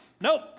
nope